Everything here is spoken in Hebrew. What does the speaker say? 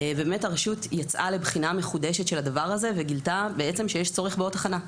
ובאמת הרשות יצאה לבחינה מחודשת של הדבר הזה וגילתה שיש צורך בעוד תחנה.